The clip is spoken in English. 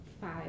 Five